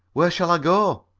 where shall i go?